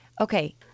Okay